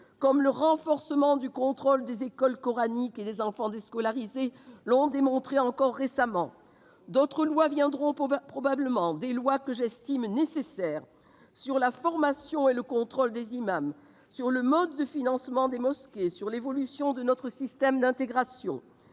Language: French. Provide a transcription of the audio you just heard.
comme le renforcement du contrôle des écoles coraniques et des enfants déscolarisés l'a démontré encore récemment. D'autres lois viendront probablement, des lois que j'estime nécessaires, sur la formation et le contrôle des imams, sur le mode de financement des mosquées, sur l'évolution de notre système d'intégration.